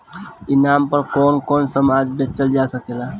ई नाम पर कौन कौन समान बेचल जा सकेला?